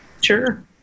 sure